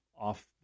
off